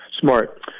Smart